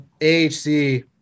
AHC